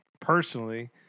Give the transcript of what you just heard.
personally